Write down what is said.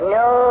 no